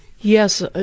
Yes